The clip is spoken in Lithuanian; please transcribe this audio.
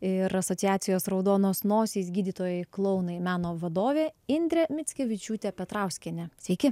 ir asociacijos raudonos nosys gydytojai klounai meno vadovė indrė mickevičiūtė petrauskienė sveiki